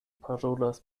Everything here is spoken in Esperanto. parolas